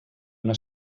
una